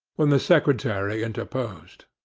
when the secretary interposed.